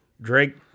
Drake